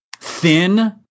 thin